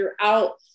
throughout